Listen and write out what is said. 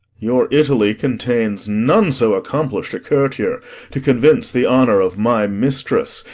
your italy contains none so accomplish'd a courtier to convince the honour of my mistress,